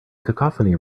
cacophony